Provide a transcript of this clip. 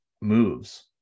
moves